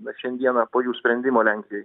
bet šiandieną po jų sprendimo lenkijoj